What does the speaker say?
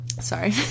Sorry